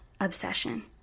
obsession